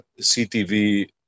CTV